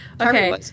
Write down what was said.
Okay